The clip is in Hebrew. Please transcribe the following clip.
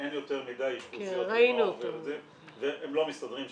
אין יותר מדיי אוכלוסיות --- והם לא מסתדרים שם,